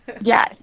Yes